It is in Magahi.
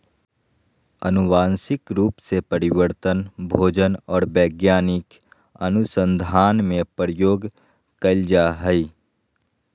आनुवंशिक रूप से परिवर्तित भोजन और वैज्ञानिक अनुसन्धान में प्रयोग कइल जा हइ